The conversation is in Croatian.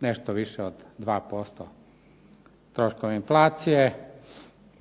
nešto više od 2% troškova inflacije